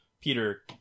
Peter